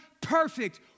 perfect